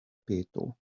peto